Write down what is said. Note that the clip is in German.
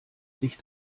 sich